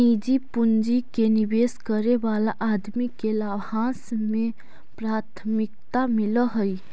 निजी पूंजी के निवेश करे वाला आदमी के लाभांश में प्राथमिकता मिलऽ हई